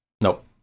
Nope